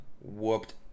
whooped